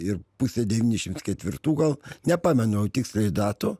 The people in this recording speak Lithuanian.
ir pusę devyniasdešimt ketvirtų gal nepamenu jau tiksliai datų